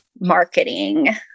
marketing